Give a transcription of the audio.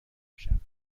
بشم